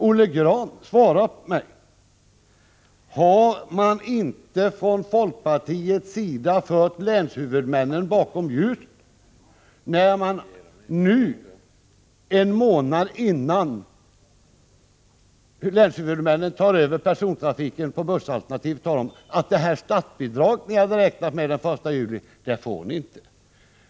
Olle Grahn, svara mig: Har man inte från folkpartiets sida fört länshuvud männen bakom ljuset? En månad innan länshuvudmännen tar över persontrafiken, talar man om att de inte får det statsbidrag som de har räknat med från den 1 juli.